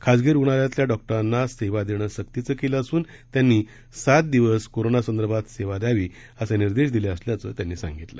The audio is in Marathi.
खासगी रूग्णालयातील डॉक्टरांना सेवा देणं सक्तीचं केल असून त्यांनी सात दिवस कोरोना संदर्भात सेवा देण्याचे निर्देश दिले असल्याचं त्यांनी सांगितलं